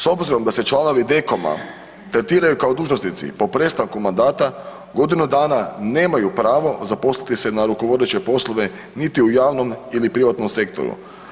S obzirom da se članovi DKOM-a tretiraju kao dužnosnici po prestanku mandata godinu dana nemaju pravo zaposliti se na rukovodeće poslove niti u javnom ili privatnom sektoru.